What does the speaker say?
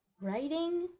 writing